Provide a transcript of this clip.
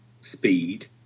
speed